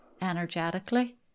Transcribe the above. energetically